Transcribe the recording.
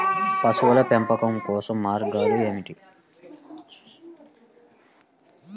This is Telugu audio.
పశువుల పెంపకం కోసం రెండు మార్గాలు ఏమిటీ?